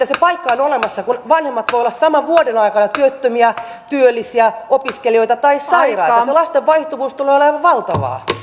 se paikka on olemassa kun vanhemmat voivat olla saman vuoden aikana työttömiä työllisiä opiskelijoita tai sairaita se lasten vaihtuvuus tulee olemaan valtavaa